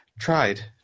tried